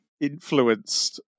Influenced